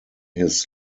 his